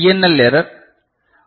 L error I